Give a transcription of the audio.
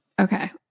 Okay